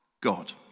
God